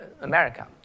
America